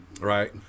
Right